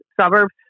suburbs